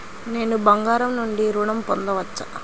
నేను బంగారం నుండి ఋణం పొందవచ్చా?